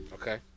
Okay